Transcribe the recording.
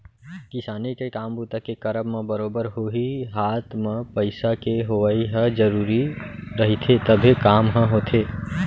किसानी के काम बूता के करब म बरोबर होही हात म पइसा के होवइ ह जरुरी रहिथे तभे काम ह होथे